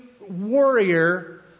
warrior